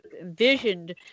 envisioned